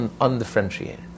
undifferentiated